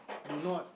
do not